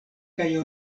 kaj